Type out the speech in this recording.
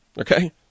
Okay